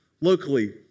locally